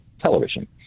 television